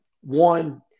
One